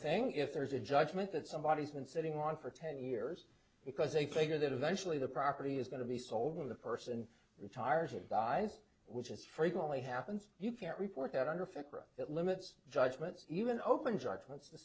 thing if there's a judgment that somebody's been sitting on for ten years because they figure that eventually the property is going to be sold and the person retires it dies which is frequently happens you can't report that under fix it limits judgments even open judgments the